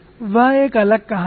वह एक अलग कहानी है